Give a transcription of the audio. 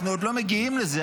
אנחנו עוד לא מגיעים לזה.